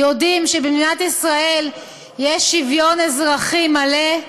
יודעים שבמדינת ישראל יש שוויון אזרחי מלא.